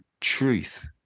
truth